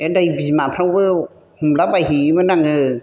बे दै बिमाफ्रावबो हमलाबायहैयोमोन आङो